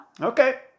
okay